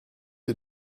est